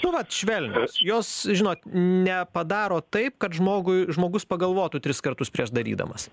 nu vat švelnios jos žino ne padaro taip kad žmogui žmogus pagalvotų tris kartus prieš darydamas